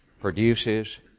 produces